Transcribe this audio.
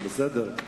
זה בסדר.